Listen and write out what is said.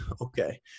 okay